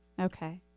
Okay